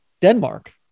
Denmark